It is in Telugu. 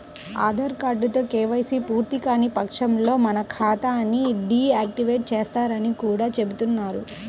ఆధార్ కార్డుతో కేవైసీ పూర్తికాని పక్షంలో మన ఖాతా ని డీ యాక్టివేట్ చేస్తారని కూడా చెబుతున్నారు